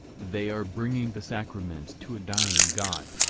they are bringing the sacraments to a dying god!